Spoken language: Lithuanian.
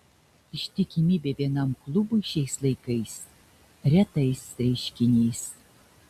ištikimybė vienam klubui šiais laikais retais reiškinys